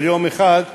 של יום אחד,